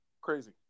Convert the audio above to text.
Crazy